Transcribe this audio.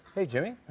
hey, jimmy. i